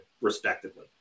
respectively